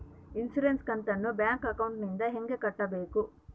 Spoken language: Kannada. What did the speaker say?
ಇನ್ಸುರೆನ್ಸ್ ಕಂತನ್ನ ಬ್ಯಾಂಕ್ ಅಕೌಂಟಿಂದ ಹೆಂಗ ಕಟ್ಟಬೇಕು?